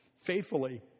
faithfully